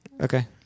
okay